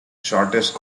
shortest